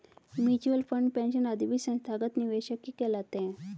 mutual fund, pension आदि भी संस्थागत निवेशक ही कहलाते हैं